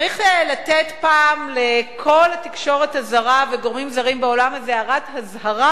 צריך לתת פעם לכל התקשורת הזרה ולגורמים זרים בעולם איזו הערת אזהרה: